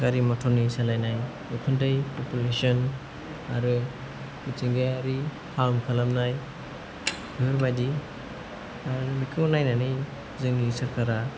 गारि मटरनि सालायनाय उखुन्दै पपुलेशन आरो मिथिंगायारि हार्म खालामनाय बेफोरबादिखौ नायनानै जोंनि सरकारा